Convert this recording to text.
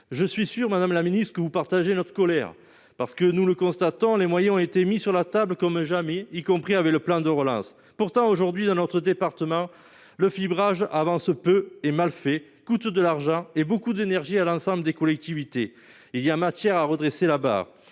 je suis sûre, Madame la Ministre, que vous partagez notre colère parce que nous le constatons les moyens ont été mis sur la table comme jamais, y compris avec le plan de relance pourtant aujourd'hui dans notre département le fibrage avant ce peu et mal fait coûte de l'argent et beaucoup d'énergie à l'ensemble des collectivités, il y a matière à redresser la barre